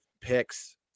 picks